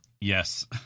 Yes